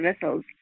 vessels